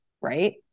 right